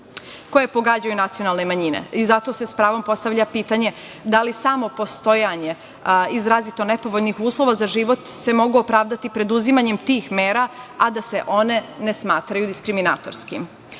koje pogađaju i nacionalne manjine i zato se s pravom postavlja pitanje – da li samo postojanjem izrazito nepovoljnih uslova za život se mogu opravdati preduzimanje tih mera, a da se one ne smatraju diskriminatorskim? Dakle,